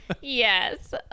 Yes